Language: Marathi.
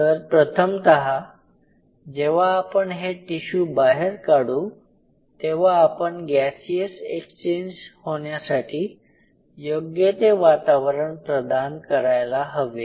तर प्रथमता जेव्हा आपण हे टिशू बाहेर काढू तेव्हा आपण गॅसियस एक्सचेंज होण्यासाठी योग्य ते वातावरण प्रदान करायला हवे